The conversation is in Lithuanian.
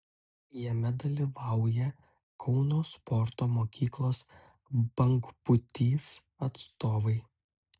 jame dalyvauja kauno sporto mokyklos bangpūtys atstovai